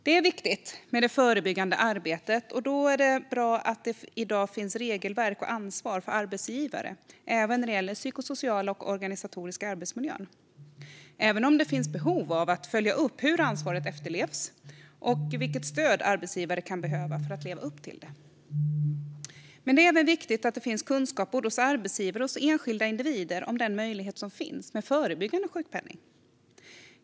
Det är viktigt med det förebyggande arbetet, och det är bra att det i dag finns regelverk och ansvar för arbetsgivare, även när det gäller den psykosociala och organisatoriska arbetsmiljön. Det finns dock behov av att följa upp hur ansvaret efterlevs och vilket stöd arbetsgivare kan behöva för att leva upp till det. Men det är även viktigt att det finns kunskap hos både arbetsgivare och enskilda individer om den möjlighet som finns med förebyggande sjukpenning.